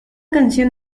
canción